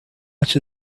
much